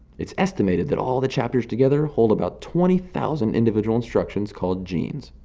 it's estimated that all the chapters together hold about twenty thousand individual instructions, called genes.